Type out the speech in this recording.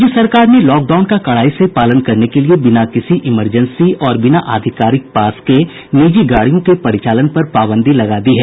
राज्य सरकार ने लॉक डाउन का कड़ाई से पालन करने के लिए बिना किसी इमरजेंसी और बिना आधिकारिक पास के निजी गाड़ियों के परिचालन पर पाबंदी लगा दी है